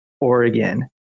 Oregon